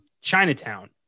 chinatown